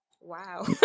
Wow